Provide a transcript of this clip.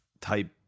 type